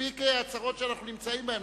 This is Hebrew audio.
שמספיק הצרות שאנחנו נמצאים בהן.